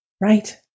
Right